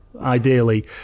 ideally